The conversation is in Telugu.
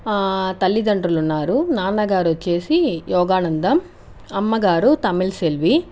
తల్లిదండ్రులు ఉన్నారు నాన్నగారు వచ్చి యోగానందం అమ్మగారు తమిళ్ సెల్వి